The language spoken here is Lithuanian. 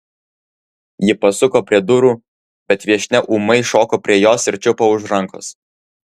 ji pasuko prie durų bet viešnia ūmai šoko prie jos ir čiupo už rankos